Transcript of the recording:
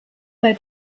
bei